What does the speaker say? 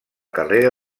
carrera